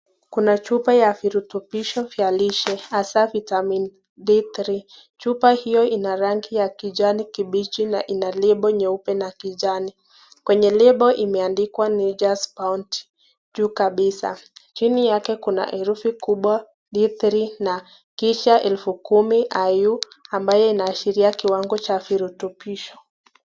Kuna chupa ya virutubisho ya lishe hasa Vitamin D3 ,chupa hiyo ina rangi ya kijani kibichi na ina lebo nyeupe na kijani, kwenye lebo imeandikwa Natire's bounty juu kabisa, chini yake kuna herufi kubwa D3 na kisha elfu kumi au ambayo inaashiria kiwango ya virutubisho.